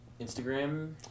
Instagram